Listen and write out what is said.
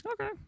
Okay